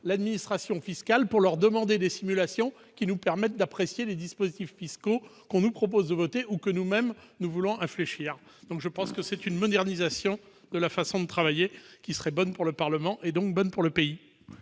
l'administration fiscale pour lui demander des simulations nous permettant d'apprécier les dispositifs fiscaux que l'on nous propose de voter ou que nous souhaiterions nous-mêmes infléchir. Une telle modernisation de la façon de travailler serait bonne pour le Parlement, et donc bonne pour le pays.